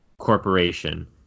corporation